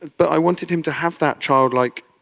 but i wanted him to have that childlike